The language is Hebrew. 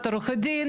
את עורכת דין,